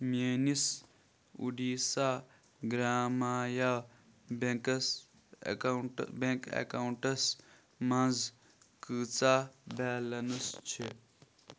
میٛٲنِس اُڑیٖسہ گرٛامایا بٮ۪نٛکَس اٮ۪کاوُنٛٹ بٮ۪نٛک اٮ۪کاوُنٛٹَس منٛز کۭژاہ بیلٮ۪نٕس چھِ